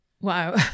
Wow